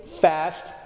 fast